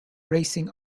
racing